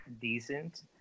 decent